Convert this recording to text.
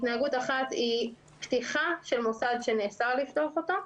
התנהגות אחת היא פתיחה של מוסד שנאסר לפתוח אותו,